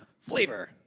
flavor